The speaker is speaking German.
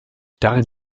darin